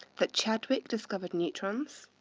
that chadwick discovered neutrons,